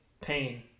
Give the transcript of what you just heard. pain